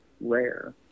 rare